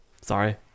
sorry